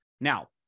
now